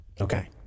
Okay